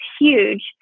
huge